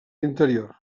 interior